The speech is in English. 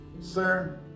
Sir